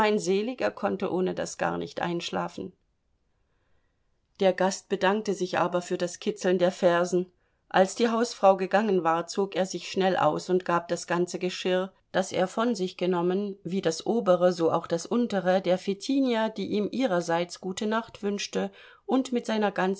seliger konnte ohne das gar nicht einschlafen der gast bedankte sich aber für das kitzeln der fersen als die hausfrau gegangen war zog er sich schnell aus und gab das ganze geschirr das er von sich genommen wie das obere so auch das untere der fetinja die ihm ihrerseits gute nacht wünschte und mit seiner